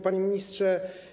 Panie Ministrze!